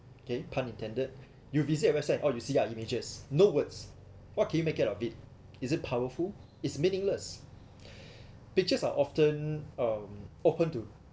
okay pun intended you visit website all you see ah images no words what can you make it of it isn't powerful it's meaningless pictures are often um open to